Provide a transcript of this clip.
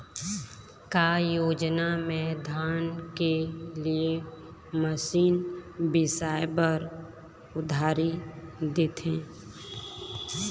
का योजना मे धान के लिए मशीन बिसाए बर उधारी देथे?